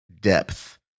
depth